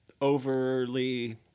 overly